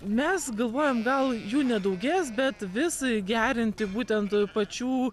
mes galvojam gal jų nedaugės bet vis gerinti būtent pačių